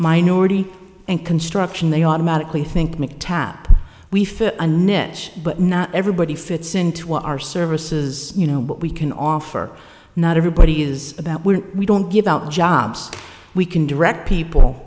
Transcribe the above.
minority and construction they automatically think make tap we fit a niche but not everybody fits into our services you know what we can offer not everybody is about when we don't give out jobs we can direct people